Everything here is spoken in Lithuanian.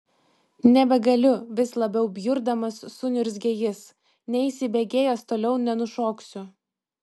nebegaliu vis labiau bjurdamas suniurzgė jis neįsibėgėjęs toliau nenušoksiu